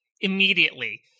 immediately